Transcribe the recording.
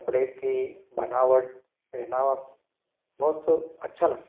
कपड़े की बनावट पहनावा बहुत अच्छा लगता हैं